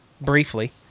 briefly